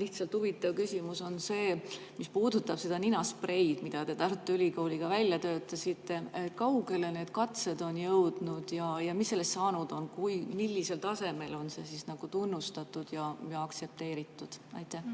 lihtsalt mind huvitav küsimus puudutab seda ninaspreid, mida te Tartu Ülikooliga välja töötasite. Kaugele need katsed on jõudnud ja mis sellest saanud on? Millisel tasemel on see tunnustatud ja aktsepteeritud? Aitäh